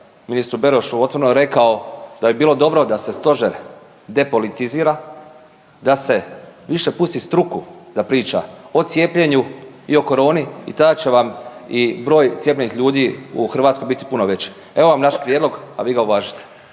ministru Berošu otvoreno rekao da bi bilo dobro da se Stožer depolitizira, da se više pusti struku da priča o cijepljenju i o coroni i tada će vam i broj cijepljenih ljudi u Hrvatskoj biti puno veći. Evo vam naš prijedlog, a vi ga uvažite.